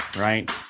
right